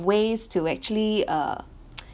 ways to actually uh